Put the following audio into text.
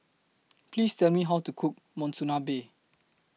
Please Tell Me How to Cook Monsunabe